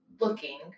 looking